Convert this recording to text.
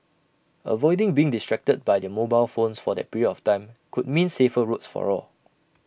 avoiding being distracted by their mobile phones for that period of time could mean safer roads for all